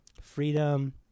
Freedom